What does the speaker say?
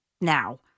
now